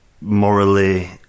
morally